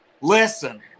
Listen